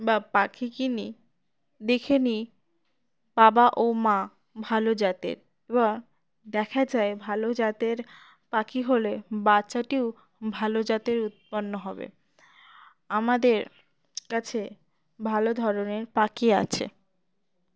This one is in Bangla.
বা পাখি কিনি দেখে নিই বাবা ও মা ভালো জাতের এ দেখা যায় ভালো জাতের পাখি হলে বাচ্চাটিও ভালো জাতের উৎপন্ন হবে আমাদের কাছে ভালো ধরনের পাখি আছে